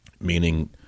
meaning